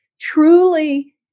truly